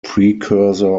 precursor